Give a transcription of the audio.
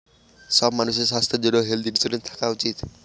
সব মানুষের স্বাস্থ্যর জন্য হেলথ ইন্সুরেন্স থাকা উচিত